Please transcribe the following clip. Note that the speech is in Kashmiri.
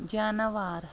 جاناوار